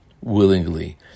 willingly